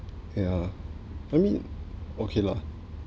ya I mean okay lah